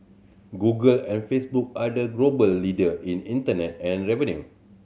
Google and Facebook are the global leader in internet ad revenue